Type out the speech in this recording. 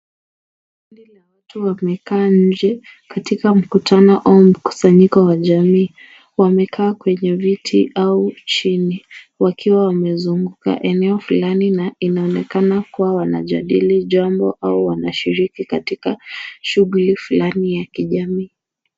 Kundi la watu wamekaa nje, katika mkutano au mkusanyiko wa jamii. Wamekaa kwenye viti au chini wakiwa wamezunguka eneo fulani na inaonekana kuwa wanajadili jambo au wanashiriki katika shughuli fulani ya kijamii.